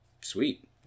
sweet